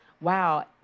wow